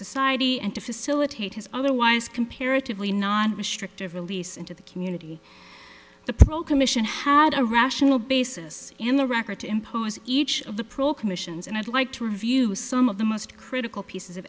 society and to facilitate his otherwise comparatively not restrictive release into the community the commission had a rational basis in the record to impose each of the prole commissions and i'd like to review some of the most critical pieces of